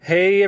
Hey